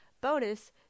Bonus